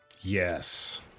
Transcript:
Yes